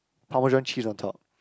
Parmesan cheese on top